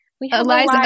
Eliza